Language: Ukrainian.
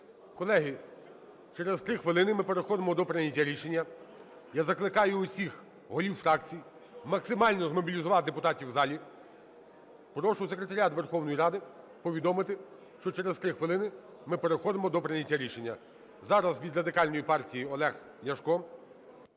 Колеги, через 3 хвилини ми переходимо до прийняття рішення. Я закликаю усіх голів фракцій максимально змобілізувати депутатів у залі. Прошу секретаріат Верховної Ради повідомити, що через 3 хвилини ми переходимо до прийняття рішення. Зараз від Радикальної партії Олег Ляшко.